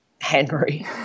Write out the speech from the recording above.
Henry